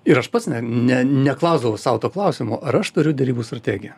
ir aš pats ne ne neklausdavau sau to klausimo ar aš turiu derybų strategiją